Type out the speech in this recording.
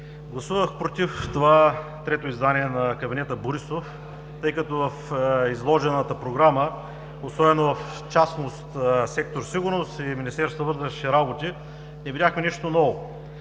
Гласувах „против“ това трето издание на кабинета Борисов, тъй като в изложената Програма, особено в частност сектор „Сигурност“ и Министерство на вътрешните работи, не видяхме нищо ново.